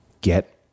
Get